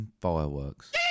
fireworks